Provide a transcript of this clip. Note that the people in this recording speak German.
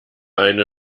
eine